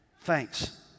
Thanks